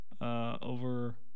over